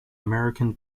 american